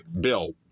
Bill